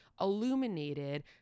illuminated